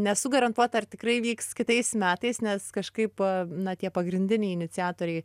nesu garantuota ar tikrai vyks kitais metais nes kažkaip na tie pagrindiniai iniciatoriai